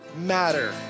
matter